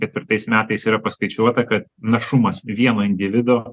ketvirtais metais yra paskaičiuota kad našumas vieno individo